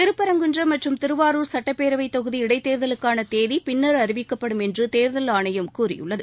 திருப்பரங்குன்றம் மற்றும் திருவாரூர் சட்டப்பேரவை தொகுதி இடைத்தேர்தலுக்காள தேதி பின்னர் அறிவிக்கப்படும் என்று தேர்தல் ஆணையம் கூறியுள்ளது